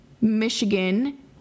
Michigan